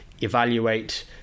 evaluate